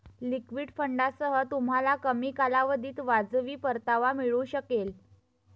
liquid फंडांसह, तुम्हाला कमी कालावधीत वाजवी परतावा मिळू शकेल